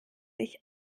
ich